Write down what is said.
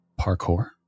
parkour